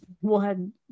one